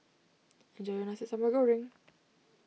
enjoy your Nasi Sambal Goreng